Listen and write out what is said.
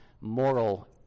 moral